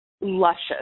luscious